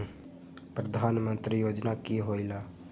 प्रधान मंत्री योजना कि होईला?